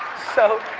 so,